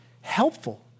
helpful